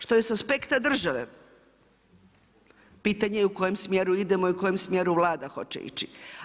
Što je s aspekta države, pitanje je u kojem smjeru idemo i kojem smjeru Vlada hoće ići.